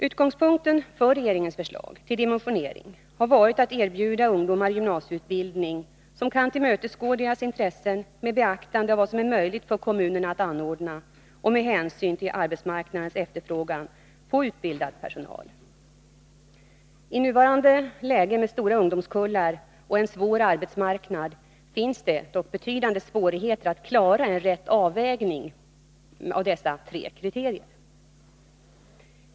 Utgångspunkten för regeringens förslag till dimensionering har varit att erbjuda ungdomar gymnasieutbildning som kan tillmötesgå deras intressen med beaktande av vad som är möjligt för kommunen att anordna och med hänsyn till arbetsmarknadens efterfrågan på utbildad personal. I nuvarande läge med stora ungdomskullar och en svår arbetsmarknad finns det dock betydande svårigheter att klara en riktig avvägning av dessa tre kriterier.